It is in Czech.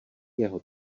jeho